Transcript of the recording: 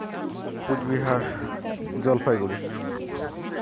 ᱠᱳᱪ Bihar Jalpaiguri